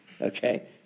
okay